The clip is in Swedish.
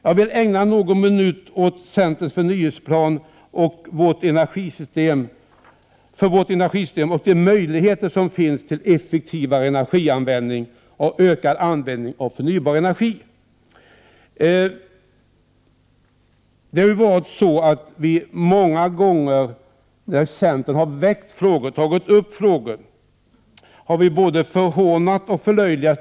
Jag vill ägna några minuter åt centerns förnyelseplan för vårt energisystem och de möjligheter som finns till effektivare energianvändning och ökad användning av förnybar energi. Många gånger när centern har väckt frågor har vi både förhånats och förlöjligats.